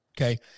okay